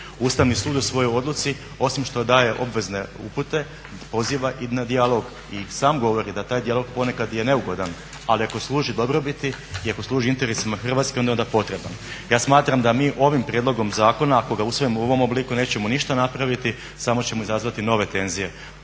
Ustavni sud u svojoj odluci osim što daje obvezne upute poziva i na dijalog i sam govori da taj dijalog ponekad je neugodan, ali ako služi dobrobiti i ako služi interesima Hrvatske on je onda potreban. Ja smatram da mi ovim prijedlogom zakona ako ga usvojimo u ovom obliku nećemo ništa napraviti samo ćemo izazvati nove tenzije.